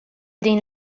din